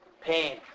pain